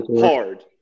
hard